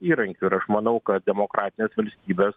įrankiu ir aš manau kad demokratinės valstybės